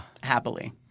Happily